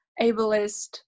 ableist